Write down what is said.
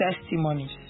testimonies